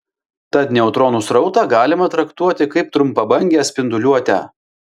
tad neutronų srautą galima traktuoti kaip trumpabangę spinduliuotę